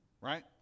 right